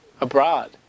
abroad